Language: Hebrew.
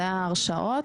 זה ההרשאות.